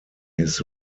his